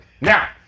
Now